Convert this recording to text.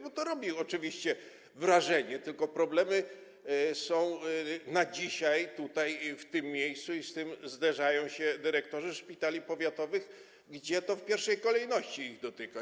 Bo to robi oczywiście wrażenie, tylko że problemy są dzisiaj, tutaj, w tym miejscu i z tym zderzają się dyrektorzy szpitali powiatowych, gdyż to w pierwszej kolejności ich dotyka.